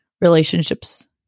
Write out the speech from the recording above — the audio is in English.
relationships